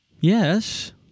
Yes